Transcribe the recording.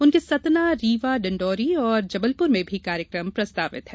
उनके सतना रीवा डिंडोरी और जबलपुर में भी कार्यक्रम प्रस्तावित हैं